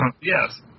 Yes